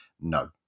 no